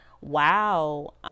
wow